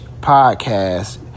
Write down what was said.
podcast